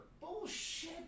Bullshit